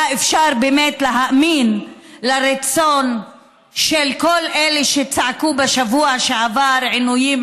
היה אפשר באמת להאמין לרצון של כל אלה שצעקו בשבוע שעבר "עינויים,